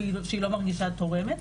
ושהיא לא מרגישה תורמת,